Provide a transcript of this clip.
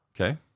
Okay